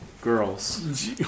girls